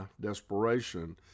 desperation